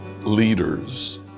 leaders